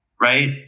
right